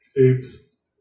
Oops